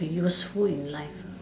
be useful in life lah